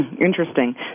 Interesting